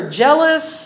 jealous